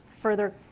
further